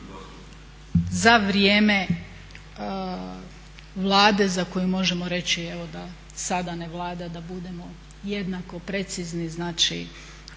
za vrijeme Vlade za koju možemo reći evo da sada ne vlada da budemo jednako precizni, znači